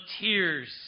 tears